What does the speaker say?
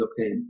okay